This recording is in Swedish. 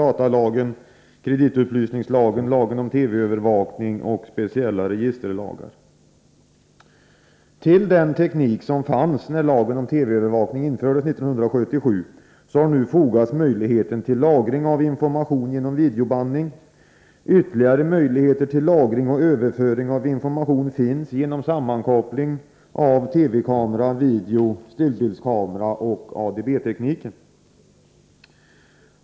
datalagen, kreditupplysningslagen, lagen om TV-övervakning och speciella registerlagar. Till den teknik som fanns när lagen om TV-övervakning infördes 1977 har fogats möjligheten till lagring av information genom videobandning. Ytterligare möjligheter till lagring och överföring av information finns genom sammankoppling av TV-kamera, video, stillbildskamera och genom ADB tekniken.